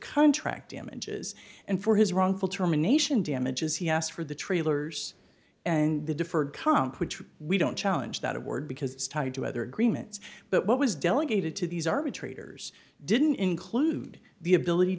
contract damages and for his wrongful termination damages he asked for the trailers and the deferred comp which was we don't challenge that award because it's tied to other agreements but what was delegated to these arbitrators didn't include the ability